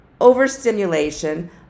overstimulation